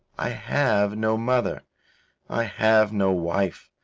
i have no mother i have no wife.